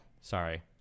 sorry